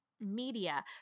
media